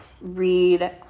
read